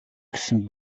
гэсэн